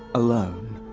alone,